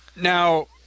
now